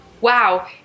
Wow